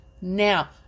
Now